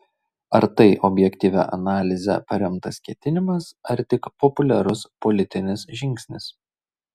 ar tai objektyvia analize paremtas ketinimas ar tik populiarus politinis žingsnis